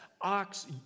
ox